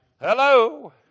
Hello